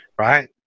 right